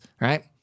right